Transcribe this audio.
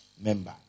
member